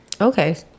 Okay